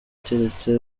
keretse